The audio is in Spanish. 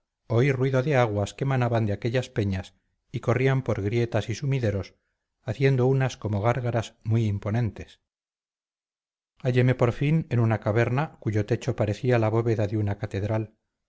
oí ruido de aguas que manaban de aquellas peñas y corrían por grietas y sumideros haciendo unas como gárgaras muy imponentes halléme por fin en una caverna cuyo techo parecía la bóveda de una catedral